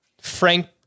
Frank